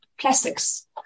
plastics